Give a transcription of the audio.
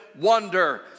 wonder